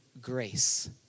grace